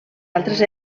altres